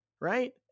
Right